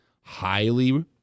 highly